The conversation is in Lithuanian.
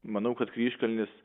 manau kad kryžkalnis